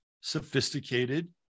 sophisticated